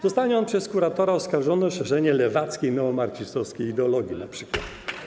Zostanie on przez kuratora oskarżony o szerzenie lewackiej, neomarksistowskiej ideologii na przykład.